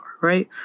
right